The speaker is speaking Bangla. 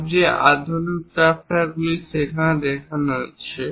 সবচেয়ে অত্যাধুনিক ড্রাফটারগুলিও সেখানে রয়েছে